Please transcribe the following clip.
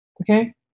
okay